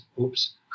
oops